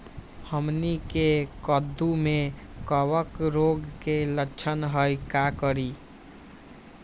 हमनी के कददु में कवक रोग के लक्षण हई का करी?